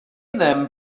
them